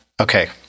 Okay